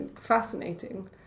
fascinating